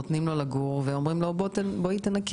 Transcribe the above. נותנים לו לגור ואומרים לו לנקות.